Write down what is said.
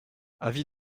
avis